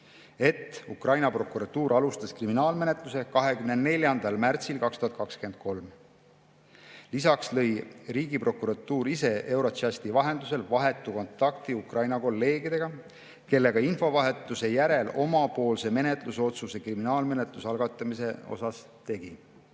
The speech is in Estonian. et Ukraina prokuratuur alustas kriminaalmenetlust 24. märtsil 2023. Lisaks lõi Riigiprokuratuur ise Eurojusti vahendusel vahetu kontakti Ukraina kolleegidega, kellega infovahetuse järel omapoolse menetlusotsuse kriminaalmenetluse algatamise kohta tegi.